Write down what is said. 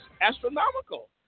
astronomical